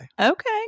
Okay